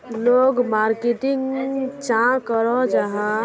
लोग मार्केटिंग चाँ करो जाहा?